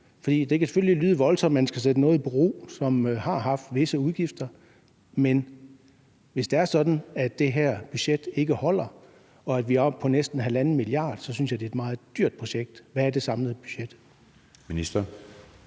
det kan selvfølgelig lyde voldsomt, at man skal sætte noget i bero, som har haft visse udgifter, men hvis det er sådan, at det her budget ikke holder, og at vi er oppe på næsten halvanden milliard kroner, så synes jeg, det er et meget dyrt projekt. Hvad er det samlede budget?